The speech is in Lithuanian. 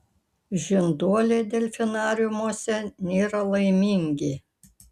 žinduoliai delfinariumuose nėra laimingi